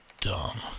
dumb